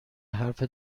حرف